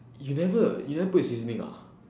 you never you never put in seasoning ah